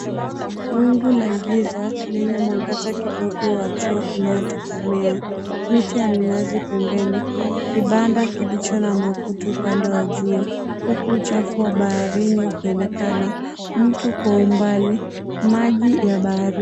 Wingu la giza lenye mwangaza kidogo wa jua unaotokomea, miti ya mnazi pembeni, kibanda kilicho na makuti upande wa juu, huku uchafu wa baharini ukionekana, mtu kwa umbali, maji ya baharini.